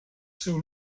seu